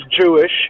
Jewish